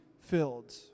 filled